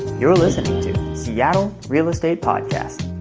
you're listening to seattle real estate podcast,